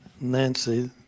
Nancy